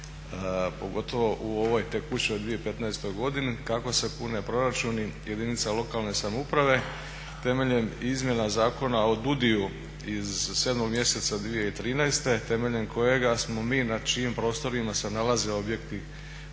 pogotovo u ovoj tekućoj 2015. godini. Kako se pune proračuni jedinica lokalne samouprave temeljem izmjena Zakona o DUDI-u iz sedmog mjeseca 2013. temeljem kojega smo mi, na čijim prostorima se nalaze objekti